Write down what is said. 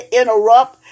interrupt